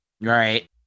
Right